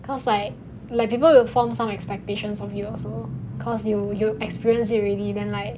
cause like like people will form some expectations of you also cause you you experience it already then like